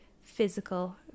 physical